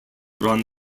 run